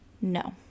No